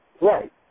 Right